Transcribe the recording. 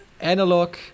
analog